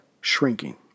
shrinking